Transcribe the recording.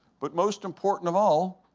but most important of all,